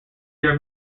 their